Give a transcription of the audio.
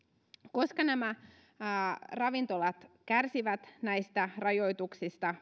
koska ravintolat kärsivät näistä rajoituksista